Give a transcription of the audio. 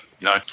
no